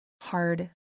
hard